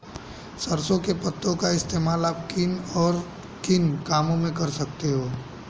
सरसों के पत्तों का इस्तेमाल आप और किन कामों में कर सकते हो?